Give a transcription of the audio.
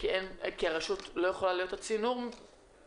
כי הרשות לא יכולה להיות הצינור מבחינתכם?